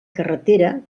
carretera